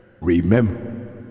Remember